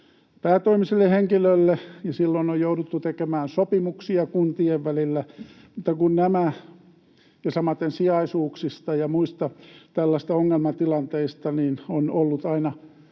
päätoimiselle henkilölle, ja silloin on jouduttu tekemään sopimuksia kuntien välillä, ja samaten sijaisuuksista ja muista tällaisista ongelmatilanteista on pitänyt aina